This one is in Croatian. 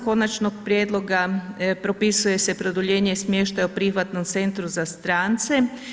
Konačnog prijedloga propisuje se produljenje smještaja o prihvatnom centru za strance.